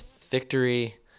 victory